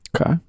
Okay